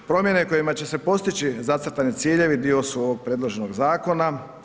Promjene kojima će se postići zacrtani ciljevi dio su ovog predloženog zakona.